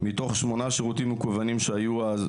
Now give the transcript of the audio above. מתוך 8 שירותים מקוונים שהיו אז,